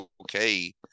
okay